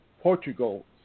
Portugal